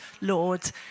Lord